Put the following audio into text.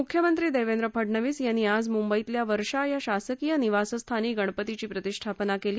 मुख्यमंत्री देवेंद्र फडणवीस यांनी आज मुंबईतल्या वर्षा या शासकीय निवासस्थानी गणपतीची प्रतिष्ठापना केली